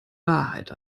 wahrheit